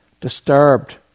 disturbed